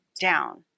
down